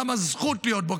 כמה זו זכות להיות בו,